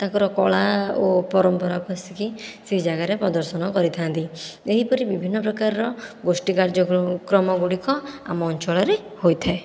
ତାଙ୍କର କଳା ଓ ପରମ୍ପରା ପଶିକି ସେ ଜାଗାରେ ପ୍ରଦର୍ଶନ କରିଥାନ୍ତି ଏହିପରି ବିଭିନ୍ନ ପ୍ରକାରର ଗୋଷ୍ଠୀ କାର୍ଯ୍ୟ କ୍ରମ ଗୁଡ଼ିକ ଆମ ଅଞ୍ଚଳରେ ହୋଇଥାଏ